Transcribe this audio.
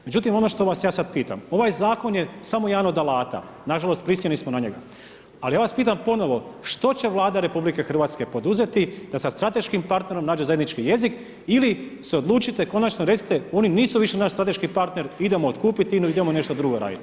Međutim, ono što vas ja sad pitam, ovaj zakon je samo jedan od alata, nažalost prisiljeni smo na njega, ali ja vas pitam ponovo što će Vlada RH poduzeti da sa strateškim partnerom nađe zajednički jezik ili se odlučite konačno recite oni nisu više naš strateški partner idemo otupit INU idemo nešto drugo raditi.